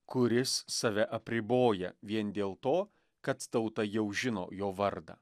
kuris save apriboja vien dėl to kad tauta jau žino jo vardą